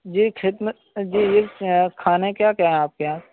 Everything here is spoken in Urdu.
جی کھیت میں جی یہ کھانا کیا کیا ہے آپ کے یہاں